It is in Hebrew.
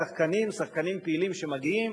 שחקנים פעילים שמגיעים.